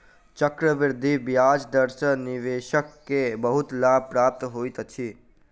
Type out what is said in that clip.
चक्रवृद्धि ब्याज दर सॅ निवेशक के बहुत लाभ प्राप्त होइत अछि